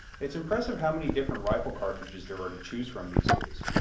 it's impressive how many different rifle cartridges there are to choose from these days.